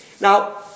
Now